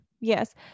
yes